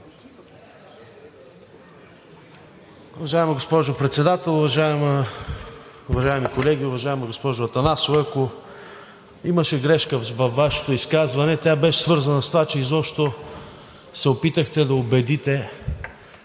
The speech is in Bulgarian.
Уважаема госпожо Председател, уважаеми колеги! Уважаема госпожо Атанасова, ако имаше грешка във Вашето изказване, тя беше свързана с това, че изобщо се опитахте да убедите